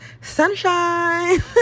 sunshine